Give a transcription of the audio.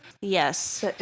yes